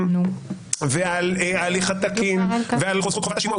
על ההליך התקין, על זכות חובת השימוע.